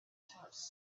house